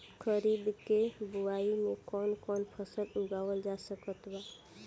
खरीब के बोआई मे कौन कौन फसल उगावाल जा सकत बा?